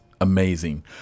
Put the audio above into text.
amazing